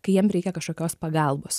kai jiem reikia kažkokios pagalbos